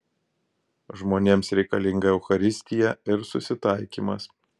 žmonėms reikalinga eucharistija ir susitaikymas